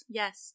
yes